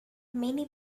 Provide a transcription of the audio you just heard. many